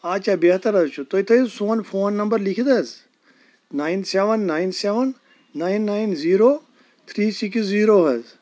آچھا بٮ۪ہتر حظ چھُ تُہۍ تھٲیِو سون فون نمبر لیٖکِھتھ حظ nine seven nine seven nine nine zero three six zero حظ